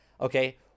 Okay